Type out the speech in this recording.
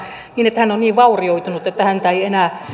niin että hän on niin vaurioitunut että häntä ei enää